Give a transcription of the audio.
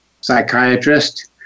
psychiatrist